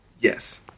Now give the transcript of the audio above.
yes